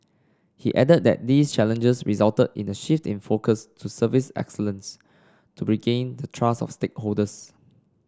he added that these challenges resulted in a shift in focus to service excellence to regain the trust of stakeholders